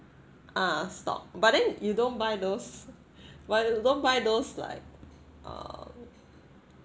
ah stock but then you don't buy those well don't buy those like uh